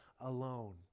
alone